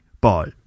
Bye